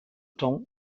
temps